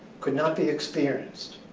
could not be experienced.